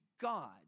God